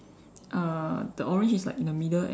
uh the orange is like in the middle and